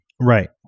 Right